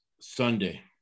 Sunday